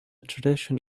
tradition